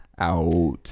Out